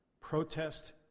protest